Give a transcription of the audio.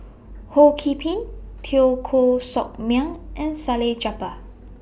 Ho Key Ping Teo Koh Sock Miang and Salleh Japar